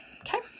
Okay